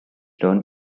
turn